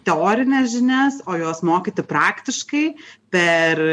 teorines žinias o juos mokyti praktiškai per